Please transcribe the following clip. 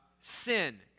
sin